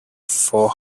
four